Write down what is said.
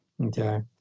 Okay